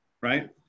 Right